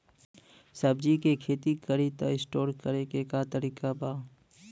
सब्जी के खेती करी त स्टोर करे के का तरीका बा?